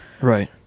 Right